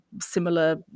similar